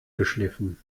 geschliffen